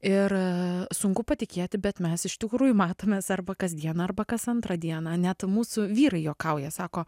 ir sunku patikėti bet mes iš tikrųjų matomės arba kasdien arba kas antrą dieną net mūsų vyrai juokauja sako